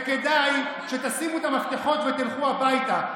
וכדאי שתשימו את המפתחות ותלכו הביתה,